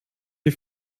die